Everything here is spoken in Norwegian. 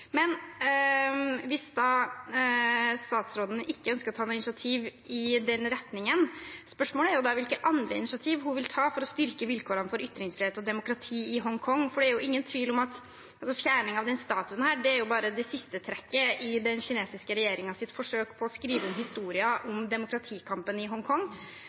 Hvis statsråden ikke ønsker å ta noe initiativ i den retningen, er spørsmålet hvilke andre initiativ hun vil ta for å styrke vilkårene for ytringsfrihet og demokrati i Hongkong, for det er ingen tvil om at fjerning av denne statuen er siste trekk i den kinesiske regjeringens forsøk på å skrive om historien om demokratikampen i